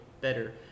better